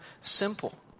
simple